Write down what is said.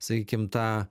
sakykim tą